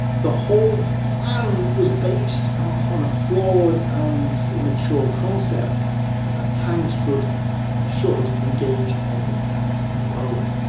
the whole plan was based on a flawed and immature concept that tanks could and should engage enemy tanks alone.